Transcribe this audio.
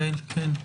גאל, כן.